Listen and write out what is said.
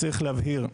צריך להבהיר,